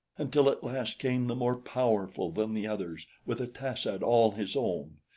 until at last came the more powerful than the others with a tas-ad all his own.